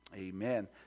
Amen